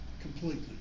completely